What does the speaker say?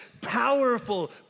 powerful